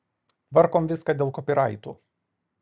tvarkom viską dėl kopiraitų